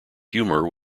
humor